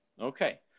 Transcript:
Okay